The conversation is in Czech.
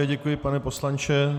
Děkuji vám, pane poslanče.